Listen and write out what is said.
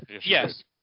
Yes